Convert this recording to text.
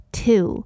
two